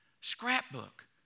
Scrapbook